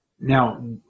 now